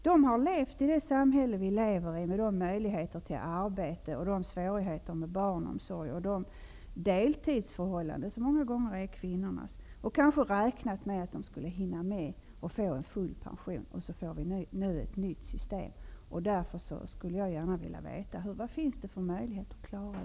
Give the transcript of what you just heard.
De har levt i det samhälle vi har, med de möjligheter till arbete som har funnits, med svårigheter med barnomsorg och de deltidsförhållanden som många gånger är kvinnornas. Kanske har de räknat med att de skulle hinna med att få full pension, och så får vi nu ett nytt system. Därför skulle jag gärna vilja vet vad det finns för möjligheter att klara detta.